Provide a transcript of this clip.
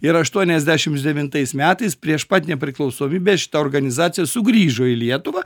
ir aštuoniasdešims devintais metais prieš pat nepriklausomybę šita organizacija sugrįžo į lietuvą